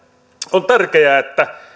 on tärkeää että